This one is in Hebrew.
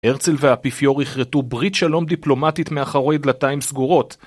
הרצל והאפיפיור יחרטו ברית שלום דיפלומטית מאחורי דלתיים סגורות